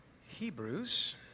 Hebrews